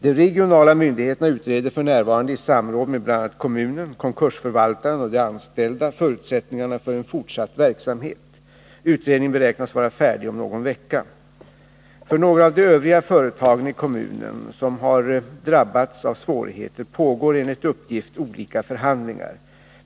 De regionala myndigheterna utreder f. n. i samråd med bl.a. kommunen, konkursförvaltaren och de anställda förutsättningarna för en fortsatt verksamhet. Utredningen beräknas vara färdig om någon vecka. För några av de övriga företagen i kommunen som har drabbats av svårigheter pågår enligt uppgift olika förhandlingar.